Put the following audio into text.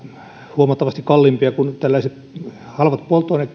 huomattavasti kalliimpia kuin tällaiset halvat